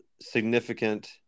significant